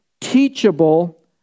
teachable